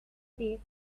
day